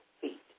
feet